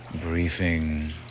briefing